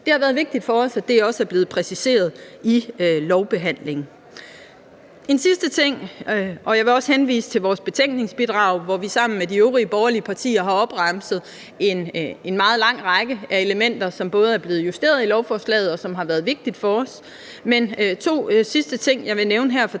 Det har været vigtigt for os, at det også er blevet præciseret i lovbehandlingen. Jeg vil også henvise til vores betænkningsbidrag, hvor vi sammen med de øvrige borgerlige partier har opremset en meget lang række af elementer, som er blevet justeret i lovforslaget, og som har været vigtige for os. Kl. 10:17 Der er to sidste ting, jeg vil nævne her fra